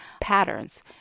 patterns